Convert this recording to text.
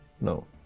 No